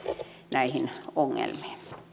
näihin ongelmiin